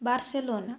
Barcelona